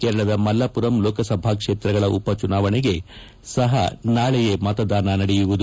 ಕೇರಳದ ಮಲ್ಲಾಪುರಂ ಲೋಕಸಭಾ ಕ್ಷೇತ್ರಗಳ ಉಪಚುನಾವಣೆಗೆ ಸಹ ಮತದಾನ ನಡೆಯಲಿದೆ